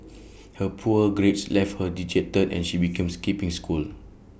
her poor grades left her dejected and she began skipping school